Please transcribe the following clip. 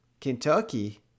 Kentucky